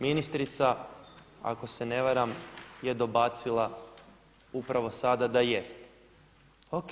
Ministrica ako se ne varam je dobacila upravo sada da jest.